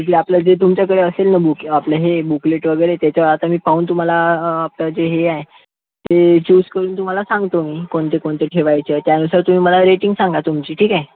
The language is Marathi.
जे आपलं जे तुमच्याकडे असेल ना बुक आपलं हे बुकलेट वगैरे त्याचावर आता मी पाहून तुम्हाला आपलं जे हे आहे ते चूज करून तुम्हाला सांगतो मी कोणते कोणते ठेवायचे त्यानुसार तुम्ही मला रेटिंग सांगा तुमची ठीक आहे